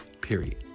period